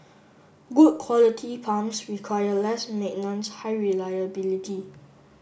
good quality pumps require less high reliability